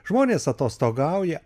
žmonės atostogauja